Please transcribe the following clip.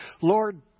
Lord